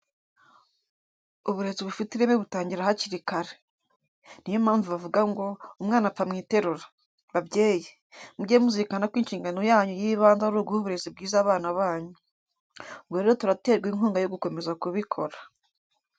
Uburezi bufite ireme butangira hakiri kare. Ni yo mpamvu bavuga ngo: "Umwana apfa mu iterura." Babyeyi, mujye muzirikana ko inshingano yanyu y'ibanze ari uguha uburezi bwiza abana banyu. Ubwo rero turaterwa inkunga yo gukomeza kubikora.